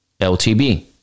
LTB